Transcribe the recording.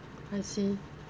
I see